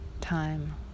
time